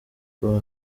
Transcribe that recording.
kuko